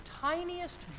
tiniest